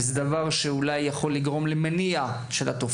וזה דבר שאולי יכול להיות להוות מניע לתופעה.